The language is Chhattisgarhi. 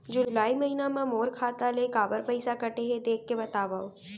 जुलाई महीना मा मोर खाता ले काबर पइसा कटे हे, देख के बतावव?